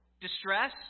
Distress